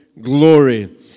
glory